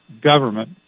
government